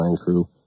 crew